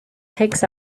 takes